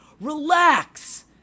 relax